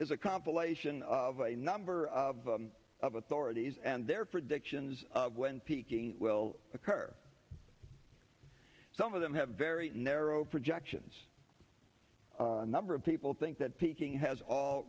is a compilation of a number of of authorities and there for the actions of when peaking will occur some of them have very narrow projections a number of people think that peaking has